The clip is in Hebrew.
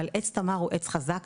אבל עץ תמר הוא עץ חזק,